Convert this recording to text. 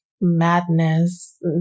madness